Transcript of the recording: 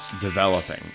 developing